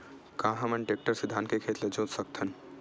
का हमन टेक्टर से धान के खेत ल जोत सकथन?